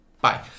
Bye